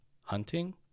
hunting